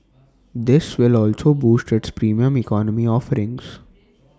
this will also boost its Premium Economy offerings